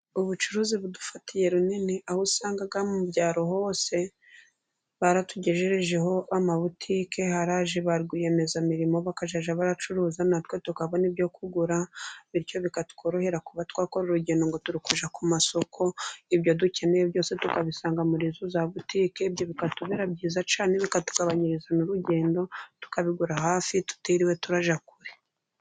Ubucuruzi budufatiye runini aho usanga mu byaro hose baratugejejeho amabutike, haraje ba rwiyemezamirimo bakajya baracuruza natwe tukabona ibyo kugura, bityo bikatworohera kuba twakora urugendo ngo turi kujya ku masoko, ibyo dukeneye byose tukabisanga muri izo za butike, bikatubera byiza cyane, bikatugabanyiririza n'urugendo, tukabigura hafi tutiriwe turajya kure.